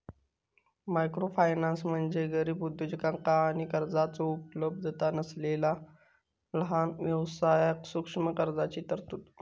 microfinance म्हणजे गरीब उद्योजकांका आणि कर्जाचो उपलब्धता नसलेला लहान व्यवसायांक सूक्ष्म कर्जाची तरतूद